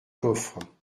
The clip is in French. coffre